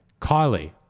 Kylie